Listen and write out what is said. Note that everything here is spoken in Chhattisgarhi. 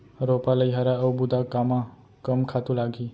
रोपा, लइहरा अऊ बुता कामा कम खातू लागही?